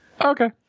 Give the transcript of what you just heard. Okay